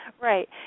Right